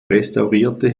restaurierte